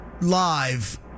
live